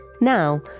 Now